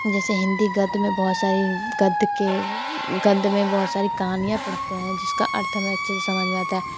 जैसे हिंदी गद्य में बहुत सारी गद्य के गद्य में बहुत सारी कहानियाँ पढ़ते हैं जिसका अर्थ हमें अच्छे से समझ में आता है